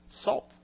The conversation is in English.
salt